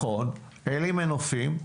נכון, אין לי מנופים,